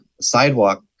sidewalk